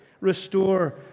restore